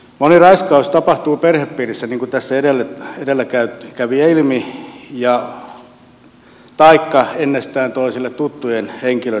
moni raiskaus tapahtuu perhepiirissä niin kuin tässä edellä kävi ilmi taikka ennestään toisilleen tuttujen henkilöiden kesken